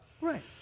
right